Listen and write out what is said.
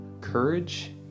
Courage